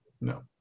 No